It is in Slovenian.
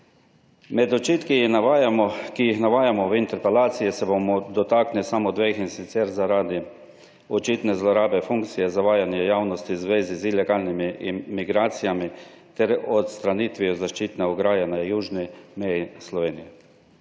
Med očitki, ki jih navajamo v interpelaciji se bomo dotaknili samo dveh, in sicer, zaradi očitne zlorabe funkcije, zavajanja javnosti v zvezi z ilegalnimi migracijami ter odstranitvijo zaščitne ograje na južni meji Slovenije.